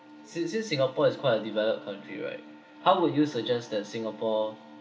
since since singapore is quite a developed country right how would you suggest that singapore